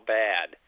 bad